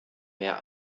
mehr